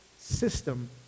system